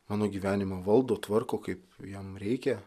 mano gyvenimą valdo tvarko kaip jam reikia